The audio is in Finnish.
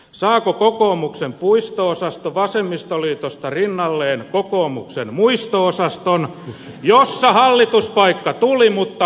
saako kokoomuksen puisto osasto vasemmistoliitosta rinnalleen kokoomuksen muisto osaston jossa hallituspaikka tuli mutta muisti meni